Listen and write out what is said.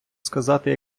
сказати